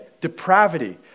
depravity